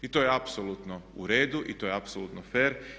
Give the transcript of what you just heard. I to je apsolutno u redu i to je apsolutno fer.